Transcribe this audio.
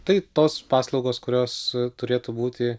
tai tos paslaugos kurios turėtų būti